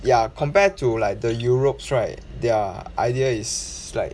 ya compare to like the europes right their idea is like